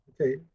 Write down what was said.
okay